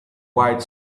white